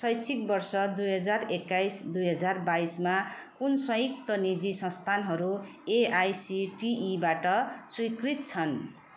शैक्षिक वर्ष दुई हजार एक्काइस दुई हजार बाइसमा कुन संयुक्त निजी संस्थानहरू एआइसिटिईबाट स्वीकृत छन्